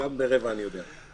גם ברבע אני יודע.